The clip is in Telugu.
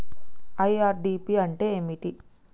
ఐ.ఆర్.డి.పి అంటే ఏమిటి?